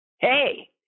Hey